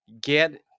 get